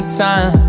time